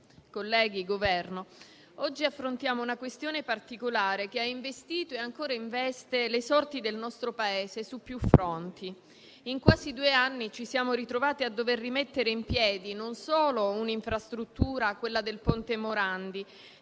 del Governo, oggi affrontiamo una questione particolare, che ha investito e ancora investe le sorti del nostro Paese su più fronti. In quasi due anni ci siamo ritrovati a dover rimettere in piedi non solo un'infrastruttura, quella del ponte Morandi,